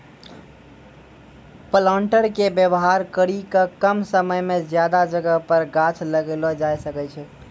planter के वेवहार करी के कम समय मे ज्यादा जगह पर गाछ लगैलो जाय सकै छै